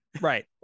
Right